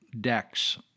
decks